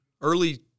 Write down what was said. early